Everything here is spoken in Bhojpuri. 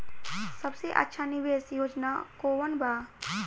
सबसे अच्छा निवेस योजना कोवन बा?